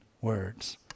words